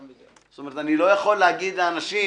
זאת אומרת, אני לא יכול להגיד לאנשים: